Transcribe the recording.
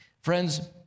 Friends